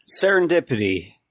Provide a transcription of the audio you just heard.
serendipity